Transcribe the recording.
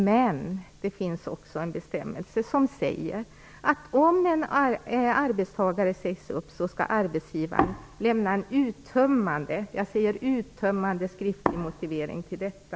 Men det finns också en bestämmelse som säger att om en arbetstagare sägs upp skall arbetsgivaren lämna en uttömmande - jag säger uttömmande - skriftlig motivering för detta.